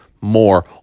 more